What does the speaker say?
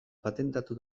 patentatu